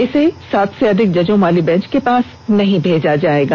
इसे सात से अधिक जजों वाली बेंच के पास नहीं भेजा जाएगा